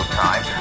time